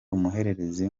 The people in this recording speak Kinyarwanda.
umuhererezi